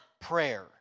prayer